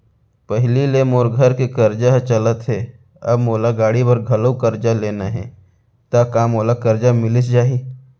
पहिली ले मोर घर के करजा ह चलत हे, अब मोला गाड़ी बर घलव करजा लेना हे ता का मोला करजा मिलिस जाही?